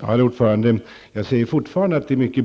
Herr talman! Jag säger fortfarande att det som har föreslagits är mycket